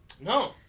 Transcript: No